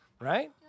right